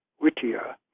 Whittier